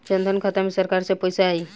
जनधन खाता मे सरकार से पैसा आई?